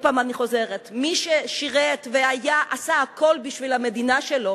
מי ששירת ועשה הכול בשביל המדינה שלו